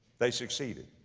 they succeeded.